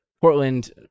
Portland